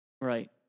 Right